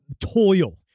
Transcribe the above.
toil